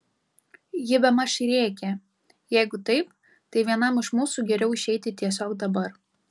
ji bemaž rėkė jeigu taip tai vienam iš mūsų geriau išeiti tiesiog dabar